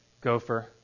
gopher